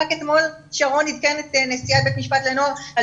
רק אתמול שרון עדכן את נשיאת בית המשפט לנוער על